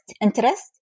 Interest